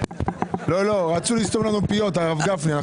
כבו --- רצו לסתום לנו פיות, הרב גפני.